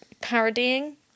parodying